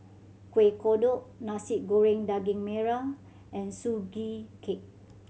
Kuih Kodok Nasi Goreng Daging Merah and Sugee Cake